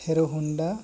ᱦᱮᱨᱳ Honda